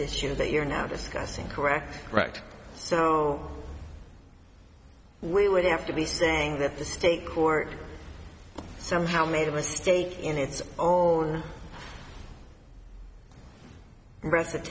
this year that you're now discussing correct correct we would have to be saying that the state court somehow made a mistake in its own reci